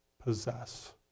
possess